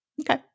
Okay